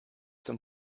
zum